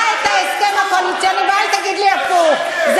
בדיוק הפוך.